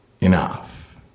enough